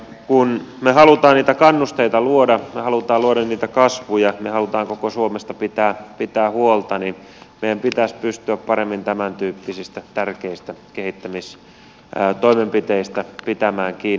kun me haluamme niitä kannusteita luoda me haluamme luoda kasvua me haluamme koko suomesta pitää huolta niin meidän pitäisi pystyä paremmin tämäntyyppisistä tärkeistä kehittämistoimenpiteistä pitämään kiinni